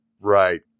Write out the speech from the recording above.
Right